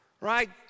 right